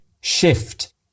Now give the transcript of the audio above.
shift